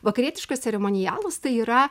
vakarietiškas ceremonialas tai yra